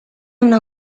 una